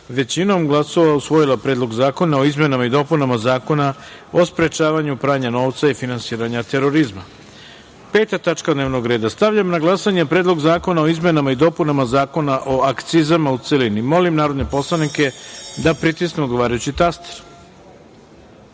većinom glasova usvojila Predlog zakona o izmenama i dopunama Zakona o sprečavanju pranja novca i finansiranja terorizma. Peta tačka dnevnog reda. Stavljam na glasanje Predlog zakona o izmenama i dopunama Zakona o akcizama, u celini. Molim narodne poslanike da pritisnu odgovarajući